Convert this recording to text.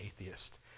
atheist